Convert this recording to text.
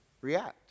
react